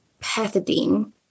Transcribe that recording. pethidine